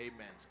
Amen